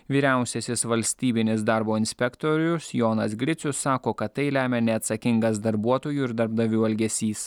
vyriausiasis valstybinis darbo inspektorius jonas gricius sako kad tai lemia neatsakingas darbuotojų ir darbdavių elgesys